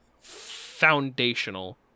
foundational